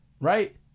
Right